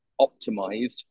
optimized